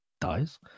dies